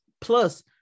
Plus